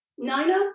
Nina